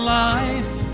life